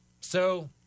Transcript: So-